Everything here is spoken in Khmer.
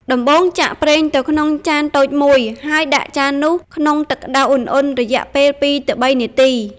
ដំបូង ចាក់ប្រេងទៅក្នុងចានតូចមួយ ហើយដាក់ចាននោះក្នុងទឹកក្តៅឧណ្ហៗ រយៈពេលពីរទៅបីនាទី។